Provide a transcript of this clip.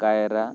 ᱠᱟᱭᱨᱟ